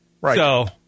Right